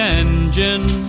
engine